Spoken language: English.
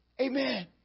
Amen